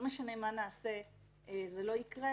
לא משנה מה נעשה זה לא יקרה,